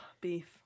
beef